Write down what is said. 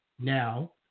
now